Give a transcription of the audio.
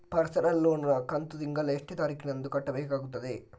Personal loan ನ ಕಂತು ತಿಂಗಳ ಎಷ್ಟೇ ತಾರೀಕಿನಂದು ಕಟ್ಟಬೇಕಾಗುತ್ತದೆ?